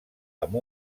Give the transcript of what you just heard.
amb